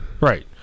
right